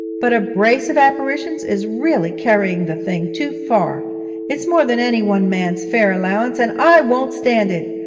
but a brace of apparitions is really carrying the thing too far it's more than any one man's fair allowance, and i won't stand it.